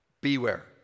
beware